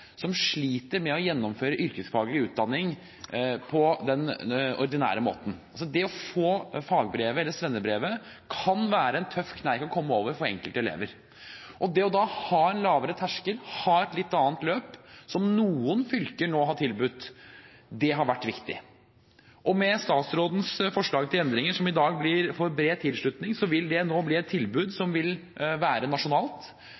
som sliter med å gjennomføre yrkesfaglig utdanning på den ordinære måten. Det å få fag- eller svennebrevet kan være en tøff kneik å komme over for enkelte elever. Det å da ha en lavere terskel, å ha et litt annet løp, som noen fylker har tilbudt, har vært viktig. Med statsrådens forslag til endringer, som i dag får bred tilslutning, vil det bli et nasjonalt tilbud.